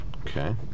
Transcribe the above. Okay